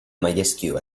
mysql